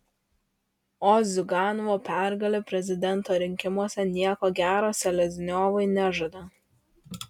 o ziuganovo pergalė prezidento rinkimuose nieko gero selezniovui nežada